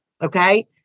Okay